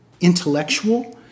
intellectual